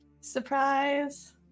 Surprise